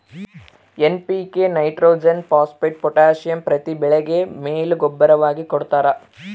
NPK nitrogen phosphate potassium ಪ್ರತಿ ಬೆಳೆಗೆ ಮೇಲು ಗೂಬ್ಬರವಾಗಿ ಕೊಡ್ತಾರ